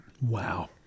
Wow